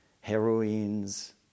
heroines